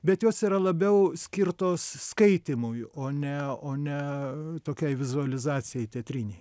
bet jos yra labiau skirtos skaitymui o ne o ne tokiai vizualizacijai teatrinei